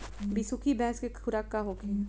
बिसुखी भैंस के खुराक का होखे?